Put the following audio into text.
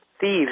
Thieves